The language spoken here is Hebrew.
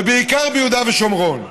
ובעיקר ביהודה ושומרון.